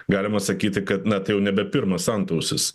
galima sakyti kad na tai jau nebe pirmas antausis